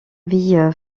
vit